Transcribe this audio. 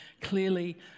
clearly